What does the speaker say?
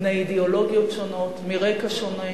בני אידיאולוגיות שונות, מרקע שונה,